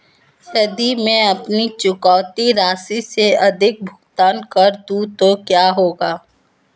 यदि मैं अपनी चुकौती राशि से अधिक भुगतान कर दूं तो क्या होगा?